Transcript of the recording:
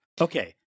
Okay